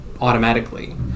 automatically